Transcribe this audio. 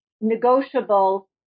negotiable